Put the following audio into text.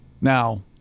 Now